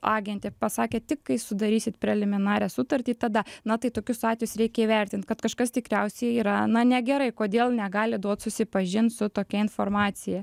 agentė pasakė tik kai sudarysit preliminarią sutartį tada na tai tokius atvejus reikia įvertint kad kažkas tikriausiai yra na negerai kodėl negali duot susipažint su tokia informacija